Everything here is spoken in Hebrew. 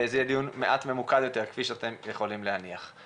זה יהיה דיון מעט ממוקד יותר כפי שאתם יכולים להניח,